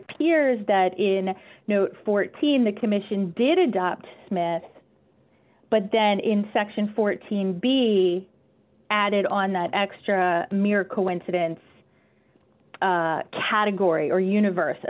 appears that in fourteen the commission did adopt smith but then in section fourteen be added on that extra mere coincidence category or universe